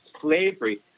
slavery